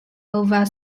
over